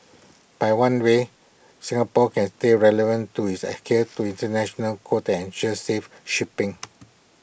by one way Singapore can stay relevant to his adhere to International codes that ensure safe shipping